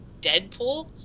Deadpool